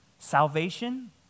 salvation